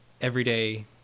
everyday